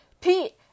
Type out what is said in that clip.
Pete